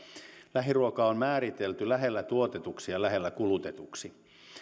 lähiruoka on määritelty lähellä tuotetuksi ja lähellä kulutetuksi